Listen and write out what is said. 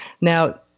Now